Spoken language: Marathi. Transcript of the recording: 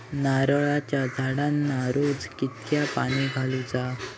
नारळाचा झाडांना रोज कितक्या पाणी घालुचा?